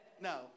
No